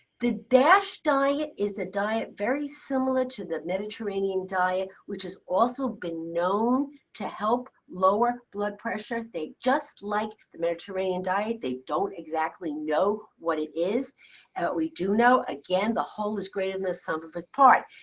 the dash diet is a diet very similar to the mediterranean diet, which has also been known to help lower blood pressure. they just like the mediterranean diet. they don't exactly know what it is. and but we do know, again, the whole is greater than the sum of its parts.